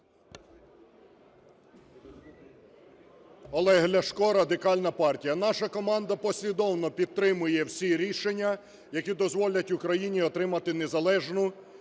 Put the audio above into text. Олег Ляшко, Радикальна партія. Наша команда послідовно підтримує всі рішення, які дозволять Україні отримати незалежну